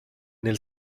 nel